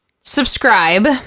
Subscribe